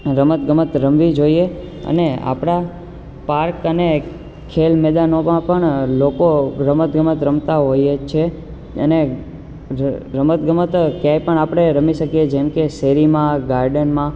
રમત ગમત રમવી જોઈએ અને આપણા પાર્ટ અને ખેલ મેદાનોમાં પણ લોકો રમત ગમત રમતા હોય જ છીએ અને રમત ગમત આપણે ક્યાંય પણ રમી શકીએ જેમ કે શેરીમાં ગાર્ડનમાં